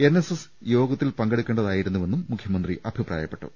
N S S യോഗത്തിൽ പങ്കെടുക്കേണ്ടതാ യിരുന്നുവെന്ന് മുഖ്യമന്ത്രി അഭിപ്രായപ്പെട്ടു